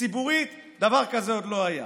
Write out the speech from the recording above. ציבורית, דבר כזה עוד לא היה.